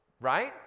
right